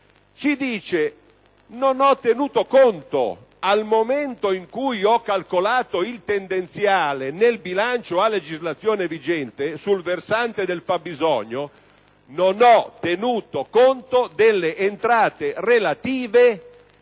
ci dice che non ha tenuto conto, al momento in cui ha calcolato il tendenziale nel bilancio a legislazione vigente sul versante del fabbisogno, delle entrate relative